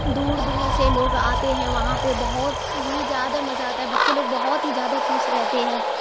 دور دور سے لوگ آتے ہیں وہاں پہ بہت ہی زیادہ مزہ آتا ہے بچے لوگ بہت ہی زیادہ خوش رہتے ہیں